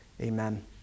Amen